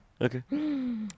Okay